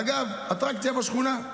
אגב, אטרקציה בשכונה.